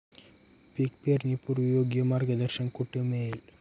पीक पेरणीपूर्व योग्य मार्गदर्शन कुठे मिळेल?